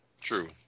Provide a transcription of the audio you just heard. True